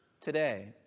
today